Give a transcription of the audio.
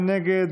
מי נגד?